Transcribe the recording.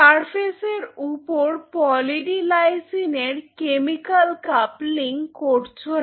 surface এর উপর poly D লাইসিনের কেমিক্যাল কাপলিং করছো না